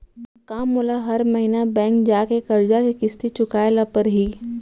का मोला हर महीना बैंक जाके करजा के किस्ती चुकाए ल परहि?